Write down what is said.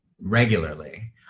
regularly